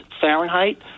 Fahrenheit